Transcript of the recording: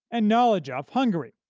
and knowledge of, hungary.